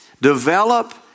develop